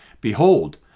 Behold